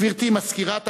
גברתי מזכירת הכנסת,